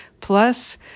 Plus